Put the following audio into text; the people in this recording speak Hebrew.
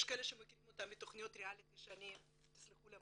יש כאלה שמכירים אותה מתכניות ריאליטי שתסלחו לי,